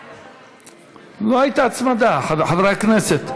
לא הייתה הצמדה, חברי הכנסת.